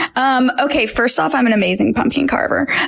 um okay, first off, i'm an amazing pumpkin carver.